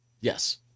yes